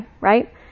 right